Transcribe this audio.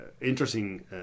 interesting